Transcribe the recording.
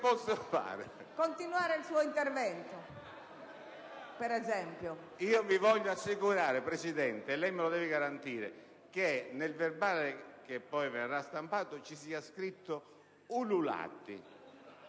Continuare il suo intervento, per esempio. LI GOTTI *(IdV)*. Mi voglio assicurare, Presidente, e lei me lo deve garantire, che nel verbale che poi verrà stampato ci sarà scritto "ululati".